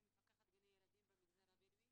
אני מפקחת גני ילדים במגזר הבדואי.